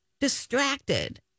distracted